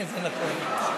זה נכון.